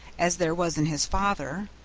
as there was in his father,